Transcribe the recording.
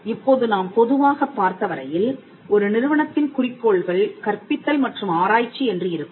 இப்போது நாம் பொதுவாகப் பார்த்தவரையில் ஒரு நிறுவனத்தின் குறிக்கோள்கள் கற்பித்தல் மற்றும் ஆராய்ச்சி என்று இருக்கும்